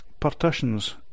partitions